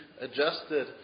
adjusted